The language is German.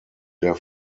der